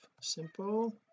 simple